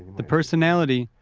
the personality,